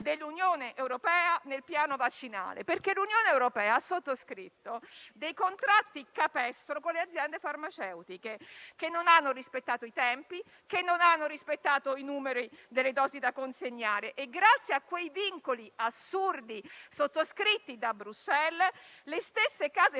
dell'Unione europea nel piano vaccinale. L'Unione europea ha sottoscritto contratti capestro con le aziende farmaceutiche, che non hanno rispettato i tempi e i numeri delle dosi da consegnare e, grazie a quei vincoli assurdi, sottoscritti da Bruxelles, quelle stesse case farmaceutiche